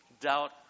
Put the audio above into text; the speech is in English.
Doubt